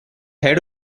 head